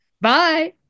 Bye